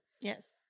Yes